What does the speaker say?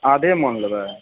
आधे मन लेबै